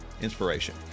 inspiration